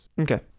Okay